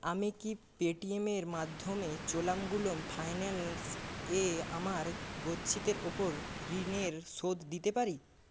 আমি কি পে টি এমের মাধ্যমে চোলামগুলম ফাইন্যান্স এ আমার গচ্ছিতের ওপর ঋণের শোধ দিতে পারি